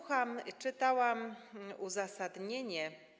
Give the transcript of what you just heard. Czytałam uzasadnienie.